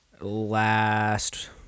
Last